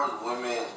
Women